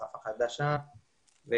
לשפה חדשה,